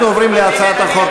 אנחנו עוברים להצעת החוק,